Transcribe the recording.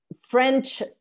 French